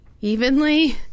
evenly